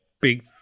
big